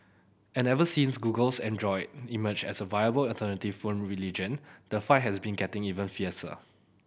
and ever since Google's Android emerged as a viable alternative phone religion the fight has been getting even fiercer